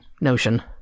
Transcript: notion